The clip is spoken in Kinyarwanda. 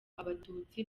abatutsi